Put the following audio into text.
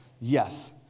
Yes